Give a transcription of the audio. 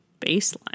baseline